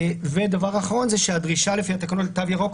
דבר אחרון הוא שהדרישה לפי התקנות לתו ירוק,